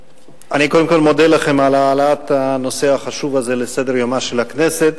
אני קודם כול מודה על העלאת הנושא החשוב הזה על סדר-יומה של הכנסת.